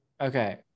Okay